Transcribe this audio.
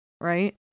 Right